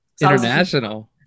international